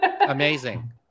Amazing